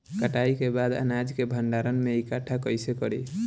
कटाई के बाद अनाज के भंडारण में इकठ्ठा कइसे करी?